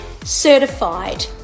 certified